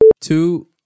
two